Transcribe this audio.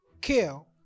kill